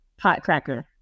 Potcracker